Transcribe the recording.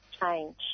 change